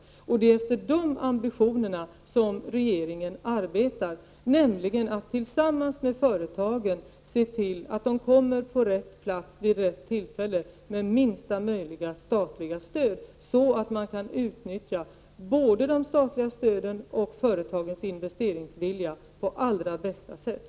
Det är efter dessa ambitioner som regeringen Prot. 1988/89:26 arbetar, nämligen att tillsammans med företagen se till att arbetstillfällena 17 november 1988 kommer till rätt plats vid rätt tillfälle och med minsta möjliga statliga stöd, så att samhället kan utnyttja både de statliga stöden och företagens investeringsvilja på allra bästa sätt.